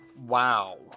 Wow